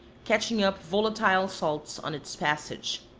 catching up volatile salts on its passage.